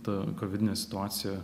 ta kovidinė situacija